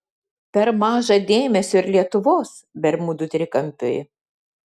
per maža dėmesio ir lietuvos bermudų trikampiui